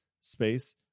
space